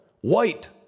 White